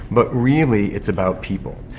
but really it's about people.